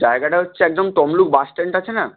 জায়গাটা হচ্ছে একদম তমলুক বাস স্ট্যান্ড আছে না